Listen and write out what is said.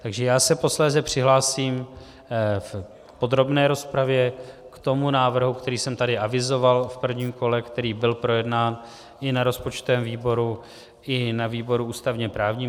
Takže já se posléze přihlásím v podrobné rozpravě k návrhu, který jsem tady avizoval v prvním kole, který byl projednán i na rozpočtovém výboru i na výboru ústavněprávním.